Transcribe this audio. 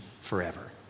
forever